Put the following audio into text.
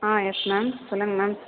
ஆ yes ma'am சொல்லுங்கள் ma'am